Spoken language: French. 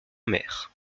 mer